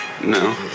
No